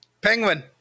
Penguin